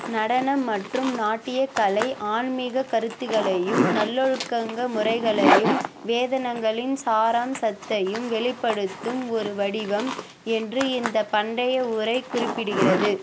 நடனம் மற்றும் நாட்டியக் கலை ஆன்மீக கருத்துகளையும் நல்லொழுக்கங்க முறைகளையும் வேதனங்களின் சாராம்சத்தையும் வெளிப்படுத்தும் ஒரு வடிவம் என்று இந்த பண்டைய உரை குறிப்பிடுகிறது